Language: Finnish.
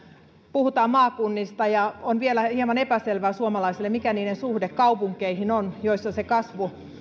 puhutaan maakunnista ja on vielä hieman epäselvää suomalaisille mikä niiden suhde on kaupunkeihin joissa